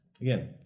again